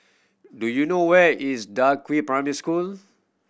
do you know where is Da Primary School